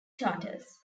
charters